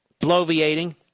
bloviating